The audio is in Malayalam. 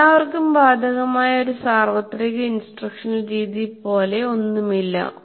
എല്ലാവർക്കും ബാധകമായ ഒരു സാർവത്രിക ഇൻസ്ട്രക്ഷണൽ രീതി പോലെ ഒന്നുമില്ല